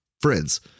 friends